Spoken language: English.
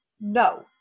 No